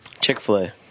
Chick-fil-A